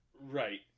right